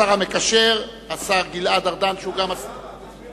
השר המקשר, השר גלעד ארדן, שהוא גם השר, למה?